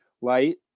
light